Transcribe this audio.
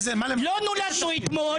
לא נולדנו אתמול.